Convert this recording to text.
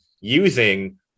using